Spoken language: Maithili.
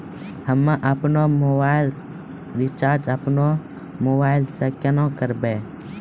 हम्मे आपनौ मोबाइल रिचाजॅ आपनौ मोबाइल से केना करवै?